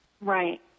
Right